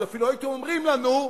עוד אפילו הייתם אומרים לנו,